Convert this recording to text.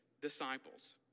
disciples